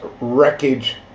wreckage